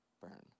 burn